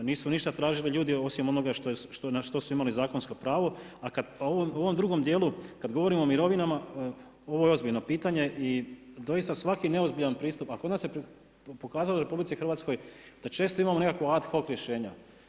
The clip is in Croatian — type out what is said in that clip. Nisu ništa tražili ljudi osim onoga na što su imali zakonsko pravo, a kad u ovom drugom dijelu, kad govorim o mirovinama, ovo je ozbiljno pitanje i doista svaki neozbiljan pristup, a kod nas se pokazalo u RH da često imamo nekakva ad hoc rješenja.